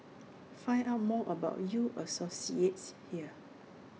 find out more about U associates here